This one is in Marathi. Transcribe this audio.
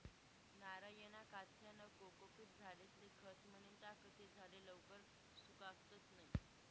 नारयना काथ्यानं कोकोपीट झाडेस्ले खत म्हनीन टाकं ते झाडे लवकर सुकातत नैत